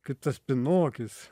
kaip tas pinokis